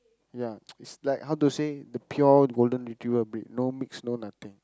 ya it's like the pure golden retriever breed no mix no nothing